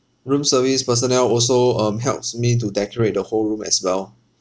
room service personnel also um helps me to decorate the whole room as well